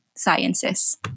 sciences